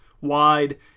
wide